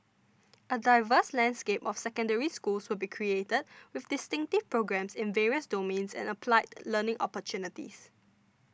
a diverse landscape of Secondary Schools will be created with distinctive programmes in various domains and applied learning opportunities